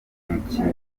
umukinnyi